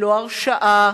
ללא הרשאה.